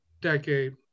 decade